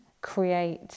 create